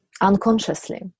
unconsciously